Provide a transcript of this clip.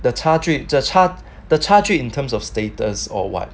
the 差距的差 the 差距 in terms of status or [what]